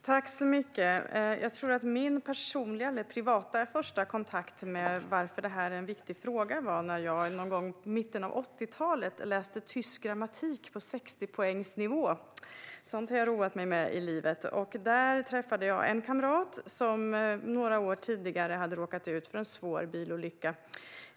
Herr ålderspresident! Jag tror att första gången som jag privat kom i kontakt med denna fråga och förstod att det är en viktig fråga var när jag någon gång i mitten av 1980-talet läste tysk grammatik på 60-poängsnivå. Sådant har jag roat mig med i livet. Då träffade jag en kamrat som några år tidigare hade råkat ut för en svår bilolycka.